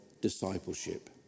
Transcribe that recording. discipleship